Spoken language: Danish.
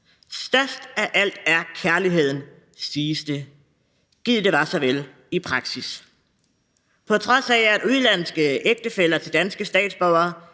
Størst af alt er kærligheden, siges det. Gid det var så vel i praksis. På trods af at udenlandske ægtefæller til danske statsborgere